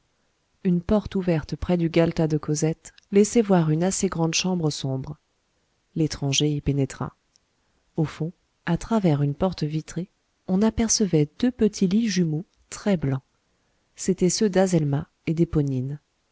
une porte ouverte près du galetas de cosette laissait voir une assez grande chambre sombre l'étranger y pénétra au fond à travers une porte vitrée on apercevait deux petits lits jumeaux très blancs c'étaient ceux d'azelma et